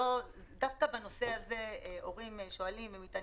דווקא בנושא הזה הורים שואלים ומתעניינים.